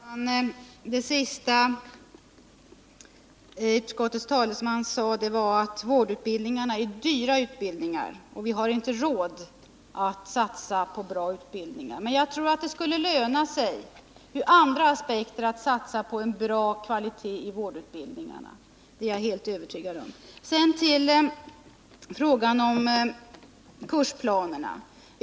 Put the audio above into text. Herr talman! Det sista som utskottets talesman här sade var att vårdutbildningarna är dyra utbildningar och att vi inte har råd att satsa på bra utbildningar. Jag tror dock det ur andra aspekter skulle löna sig att satsa på god kvalitet i vårdutbildningarna. Det är jag helt övertygad om. Sedan till frågan om kursplanerna.